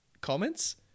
comments